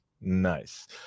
nice